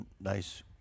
nice